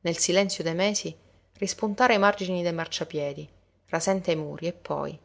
nel silenzio dei mesi rispuntare ai margini dei marciapiedi rasente ai muri e poi